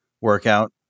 workout